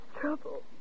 Trouble